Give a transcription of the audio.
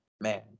man